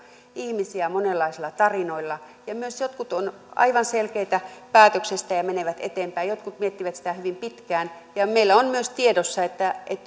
ihmisiä monenlaisilla tarinoilla jotkut myös ovat tehneet aivan selkeän päätöksen ja menevät eteenpäin jotkut miettivät sitä hyvin pitkään meillä on myös tiedossa että